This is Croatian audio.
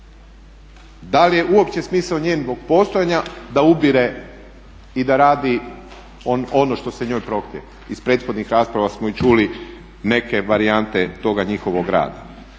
Da li je uopće smisao njen zbog postojanja da ubire i da radi ono što se njoj prohtje? Iz prethodnih rasprava smo i čuli neke varijante toga njihovog rada.